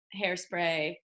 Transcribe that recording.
Hairspray